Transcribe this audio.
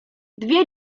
dwie